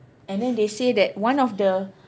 and then they say that one of the